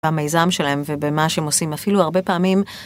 במיזם שלהם ובמה שהם עושים. אפילו הרבה פעמים...